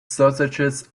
sausages